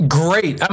great